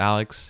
Alex